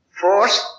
force